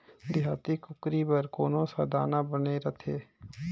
देहाती कुकरी बर कौन सा दाना बने रथे?